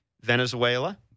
Venezuela